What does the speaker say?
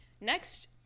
next